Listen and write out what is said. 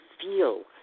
feel